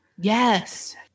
Yes